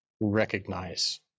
recognize